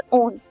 own